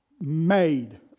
made